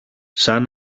σαν